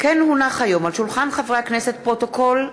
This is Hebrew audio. איציק שמולי,